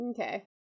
Okay